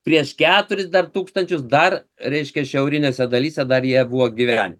prieš keturis dar tūkstančius dar reiškia šiaurinėse dalyse dar jie buvo gyvenę